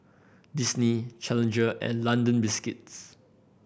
Disney Challenger and London Biscuits